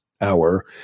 hour